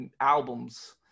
albums